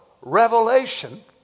revelation